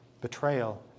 betrayal